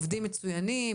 עובדים מצוינים,